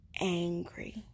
angry